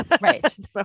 Right